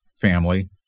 family